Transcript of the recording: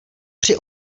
při